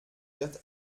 wird